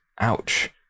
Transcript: ouch